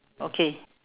okay